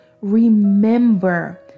Remember